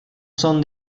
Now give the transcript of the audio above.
son